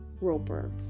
Roper